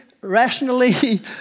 rationally